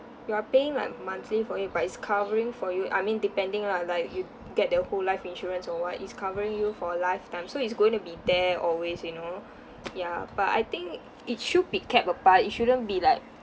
you're paying like monthly for it but it's covering for you I mean depending lah like you get the whole life insurance or what it's covering you for a lifetime so it's going to be there always you know ya but I think it should be kept apart it shouldn't be like